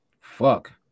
fuck